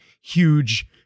huge